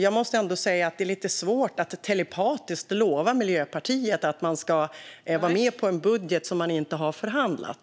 Jag måste säga att det är lite svårt att telepatiskt lova Miljöpartiet att man ska vara med på en budget som man inte har förhandlat.